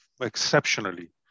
exceptionally